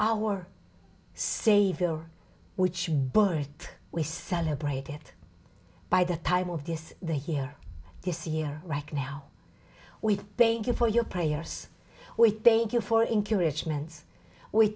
our savior which birthed we celebrate it by the time of this the here this year right now we thank you for your prayers we thank you for